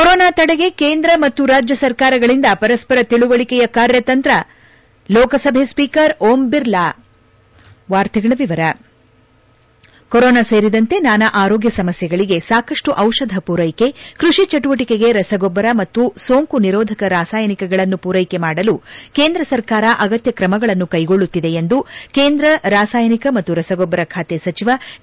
corona ತಡೆಗೆ ಕೇಂದ್ರ ಮತ್ತು ರಾಜ್ಯ ಸರ್ಕಾರಗಳಿಂದ ಪರಸ್ಪರ ತಿಳುವಳಿಕೆಯ ಕಾರ್ಯತಂತ್ರ ಲೋಕಸಭೆ ಸ್ವೀಕರ್ ಓಂ ಬಿರ್ಲಾ ಹೆಡ್ ಕೊರೊನಾ ಸೇರಿದಂತೆ ನಾನಾ ಆರೋಗ್ಯ ಸಮಸ್ಥೆಗಳಿಗೆ ಸಾಕಷ್ಟು ದಿಷಧ ಪೂರೈಕೆ ಕೃಷಿ ಚಟುವಟಕೆಗೆ ರಸಗೊಬ್ಬರ ಮತ್ತು ಸೋಂಕು ನಿರೋಧಕ ರಾಸಾಯನಿಕಗಳನ್ನು ಪೂರೈಕೆ ಮಾಡಲು ಕೇಂದ್ರ ಸರ್ಕಾರ ಅಗತ್ಯ ಕ್ರಮಗಳನ್ನು ಕೈಗೊಳ್ಳುತ್ತಿದೆ ಎಂದು ಕೇಂದ್ರ ರಾಸಾಯನಿಕ ಮತ್ತು ರಸಗೊಬ್ಬರ ಖಾತೆ ಸಚಿವ ಡಿ